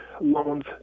loans